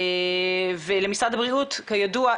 אני חושבת שאתחיל מבני הנוער,